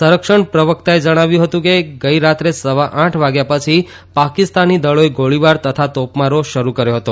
સંરક્ષણ પ્રવક્તાએ જણાવ્યું હતુ કે ગઇરાત્રે સવા આઠ વાગ્યાપછી પાકિસ્તાની દળોએ ગોળીબાર તથા તોપમારો શરૂ કર્યો હતો